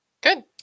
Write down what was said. Good